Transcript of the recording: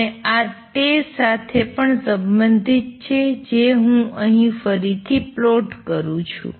અને આ તે સાથે પણ સંબંધિત છે જે હું અહીં ફરીથી પ્લોટ કરું છું